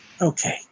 Okay